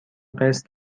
قسط